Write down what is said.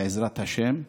בעזרת השם.